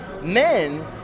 Men